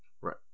right